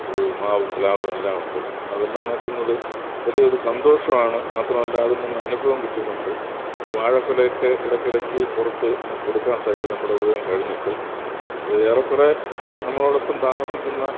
ഒരു മാവും പ്ലാവുമെല്ലാം ഉണ്ട് അതെല്ലാം നോക്കുന്നത് വലിയ ഒരു സന്തോഷമാണ് മാത്രമല്ല അതിൽ നിന്ന് അനുഭവം കിട്ടുന്നുണ്ട് വാഴക്കുലയൊക്കെ ഇടക്കിടയ്ക്ക് പുറത്ത് കൊടുക്കാൻ സാധിക്കും നമ്മുടെ ഉപയോഗം കഴിഞ്ഞിട്ട് അത് ഏറെക്കുറെ നമ്മളോടൊപ്പം താമസിക്കുന്ന